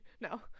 no